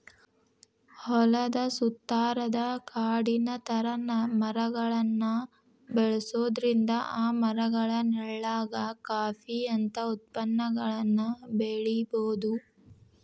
ಹೊಲದ ಸುತ್ತಾರಾದ ಕಾಡಿನ ತರ ಮರಗಳನ್ನ ಬೆಳ್ಸೋದ್ರಿಂದ ಆ ಮರಗಳ ನೆಳ್ಳಾಗ ಕಾಫಿ ಅಂತ ಉತ್ಪನ್ನಗಳನ್ನ ಬೆಳಿಬೊದು